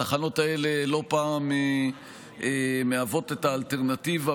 התחנות האלה לא פעם מהוות את האלטרנטיבה